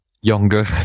younger